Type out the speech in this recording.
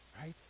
Right